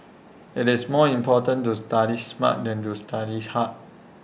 IT is more important to study smart than to studies hard